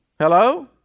hello